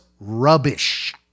rubbish